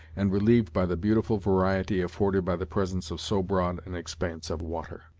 and relieved by the beautiful variety afforded by the presence of so broad an expanse of water.